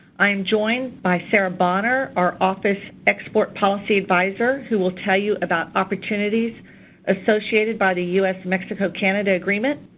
i am joined by sarah bonner, our office export policy advisor who will tell you about opportunities associated by the us-mexico-canada agreement.